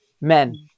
Men